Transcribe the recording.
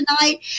tonight